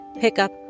pickup